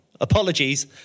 apologies